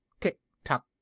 tick-tock